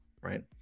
right